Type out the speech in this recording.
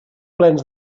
plens